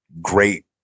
great